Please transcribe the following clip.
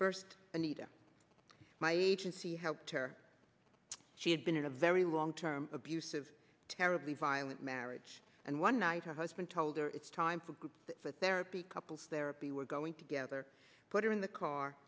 first anita my agency helped her she had been in a very long term abusive terribly violent marriage and one night her husband told her it's time for good therapy couples therapy we're going together put her in the car